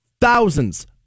thousands